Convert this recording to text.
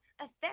affect